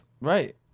Right